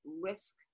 risk